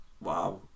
wow